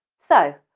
so,